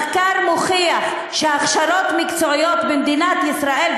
מחקר מוכיח שהכשרות מקצועיות במדינת ישראל,